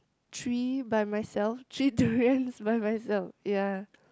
three by myself three durian by myself ya